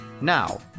Now